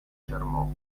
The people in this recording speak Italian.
fermò